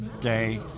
day